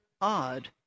odd